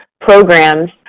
programs